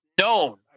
known